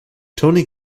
toni